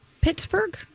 Pittsburgh